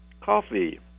Coffee